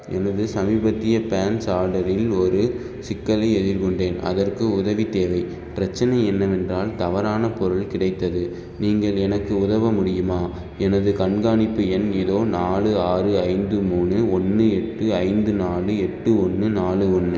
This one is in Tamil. எனது சமீபத்திய பேண்ட்ஸ் ஆர்டரில் ஒரு சிக்கலை எதிர்கொண்டேன் அதற்கு உதவி தேவை பிரச்சனை என்னவென்றால் தவறான பொருள் கிடைத்தது நீங்கள் எனக்கு உதவ முடியுமா எனது கண்காணிப்பு எண் இதோ நாலு ஆறு ஐந்து மூணு ஒன்று எட்டு ஐந்து நாலு எட்டு ஒன்று நாலு ஒன்று